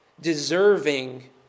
Deserving